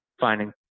finding